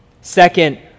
Second